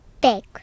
big